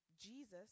Jesus